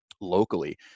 locally